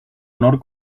honor